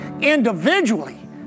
individually